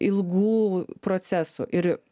ilgų procesų ir